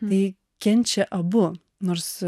tai kenčia abu nors